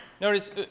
notice